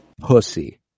Pussy